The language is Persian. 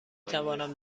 توانم